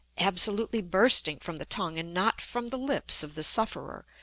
absolutely bursting from the tongue and not from the lips of the sufferer,